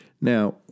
Now